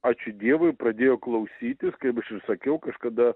ačiū dievui pradėjo klausytis kaip aš ir sakiau kažkada